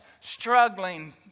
struggling